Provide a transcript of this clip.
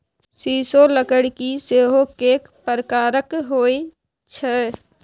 सीसोक लकड़की सेहो कैक प्रकारक होए छै